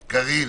קארין,